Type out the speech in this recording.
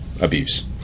abuse